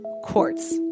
quartz